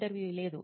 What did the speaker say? ఇంటర్వ్యూఈ లేదు